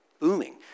booming